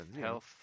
health